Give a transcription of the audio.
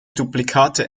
duplikate